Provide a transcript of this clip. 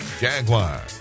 Jaguar